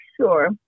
sure